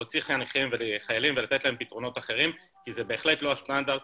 להוציא חיילים ולתת להם פתרונות אחרים כי זה בהחלט לא הסטנדרט